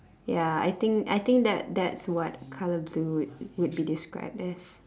ya I think I think that that's what color blue would would be described as